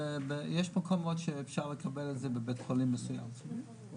יש מקומות שאפשר לקבל את זה בבית חולים מסוימים,